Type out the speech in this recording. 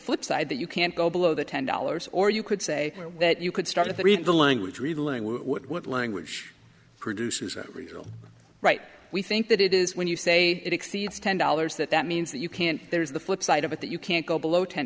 flipside that you can't go below the ten dollars or you could say that you could start to read the language really learn what language produces original write we think that it is when you say it exceeds ten dollars that that means that you can't there's the flip side of it that you can't go below ten